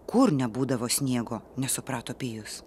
kur nebūdavo sniego nesuprato pijus